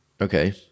Okay